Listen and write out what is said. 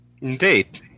Indeed